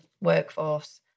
workforce